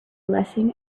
blessing